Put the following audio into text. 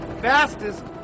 fastest